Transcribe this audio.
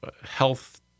Health